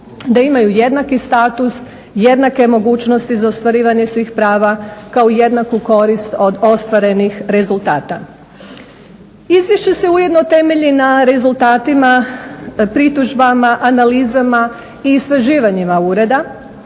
da imaju jednaki status, jednake mogućnosti za ostvarivanje svih prava kao i jednaku korist od ostvarenih rezultata. Izvješće se ujedno temelji na rezultatima, pritužbama, analizama i istraživanjima ureda,